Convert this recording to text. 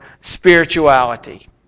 spirituality